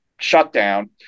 shutdown